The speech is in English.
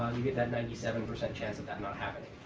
you get that ninety seven percent chance of that not happening.